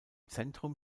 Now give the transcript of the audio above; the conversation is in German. zentrum